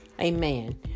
Amen